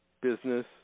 business